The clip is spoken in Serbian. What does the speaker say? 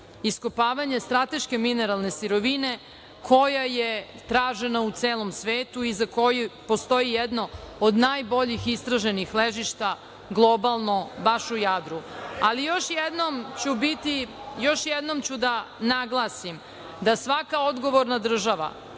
iskopavanje strateške mineralne sirovine koja je tražena u celom svetu i za koju postoji jedno od najboljih istraženih ležišta, globalno, baš u Jadru. Još jednom ću da naglasim da svaka odgovorna država